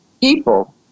people